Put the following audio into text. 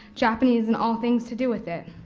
japanese, and all things to do with it.